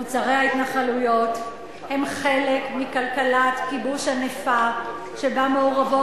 מוצרי ההתנחלויות הם חלק מכלכלת כיבוש ענפה שבה מעורבות